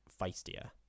feistier